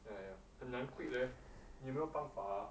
!aiya! 很难 quit lor 你有没有方法 ah